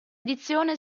edizione